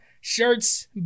shirts